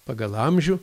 pagal amžių